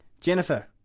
Jennifer